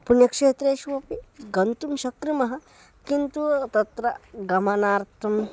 पुण्यक्षेत्रेषु अपि गन्तुं शक्नुमः किन्तु तत्र गमनार्थं